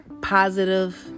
positive